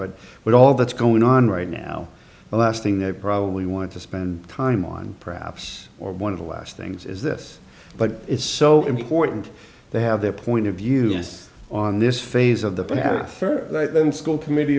but with all that's going on right now the last thing they probably want to spend time on perhaps or one of the last things is this but it's so important they have their point of view on this phase of the pastor and school